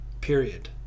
period